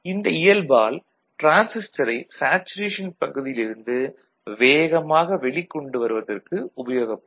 இந்த இயல்பால் டிரான்சிஸ்டரைச் சேச்சுரேஷன் பகுதியில் இருந்து வேகமாக வெளிக் கொண்டு வருவதற்கு உபயோகப்படும்